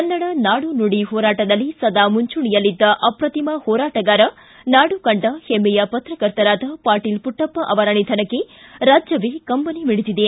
ಕನ್ನಡ ನಾಡು ನುಡಿ ಹೋರಾಟದಲ್ಲಿ ಸದಾ ಮುಂಚೂಣೆಯಲ್ಲಿದ್ದ ಅಪ್ರತಿಮ ಹೋರಾಟಗಾರ ನಾಡು ಕಂಡ ಹೆಮ್ಮೆಯ ಪತ್ರಕರ್ತರಾದ ಪಾಟೀಲ ಪುಟ್ಟಪ್ಪ ಅವರ ನಿಧನಕ್ಕೆ ರಾಜ್ಯವೇ ಕಂಬನಿ ಮಿಡಿದಿದೆ